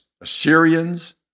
Assyrians